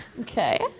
Okay